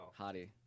Hottie